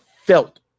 felt